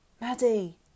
Maddie